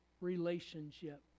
relationship